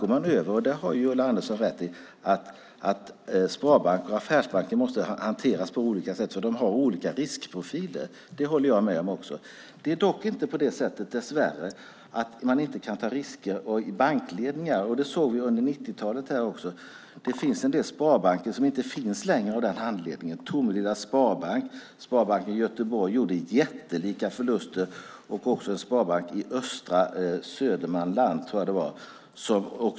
Ulla Andersson har rätt i att sparbanker och affärsbanker måste hanteras på olika sätt eftersom de har olika riskprofiler. Dessvärre är det inte så att man inte kan ta risker i bankledningarna. Det såg vi under 90-talet. Tidigare fanns en del sparbanker - Tomelilla sparbank, sparbanken i Göteborg - som gjorde jättelika förluster. Det gällde också en sparbank i östra Södermanland.